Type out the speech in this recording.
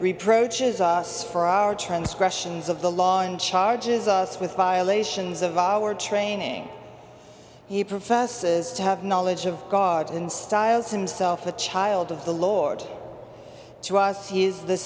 reproaches us for our transgressions of the law and charges us with violations of our training he professes to have knowledge of god in styles himself the child of the lord to us he is the